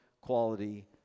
quality